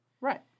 Right